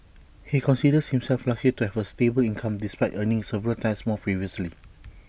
he considers himself lucky to have A stable income despite earning several times more previously